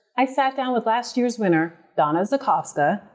i sat down with last year's winner donna zakowska,